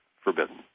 forbidden